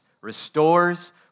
restores